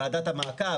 ועדת המעקב,